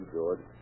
George